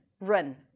run